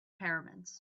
pyramids